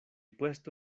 puesto